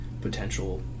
potential